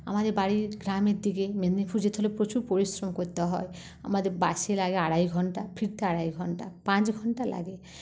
আমাদের বাড়ির গ্রামের দিকে মেদিনীপুর যেতে হলে প্রচুর পরিশ্রম করতে হয় আমাদের বাসে লাগে আড়াই ঘন্টা ফিরতে আড়াই ঘন্টা পাঁচ ঘন্টা লাগে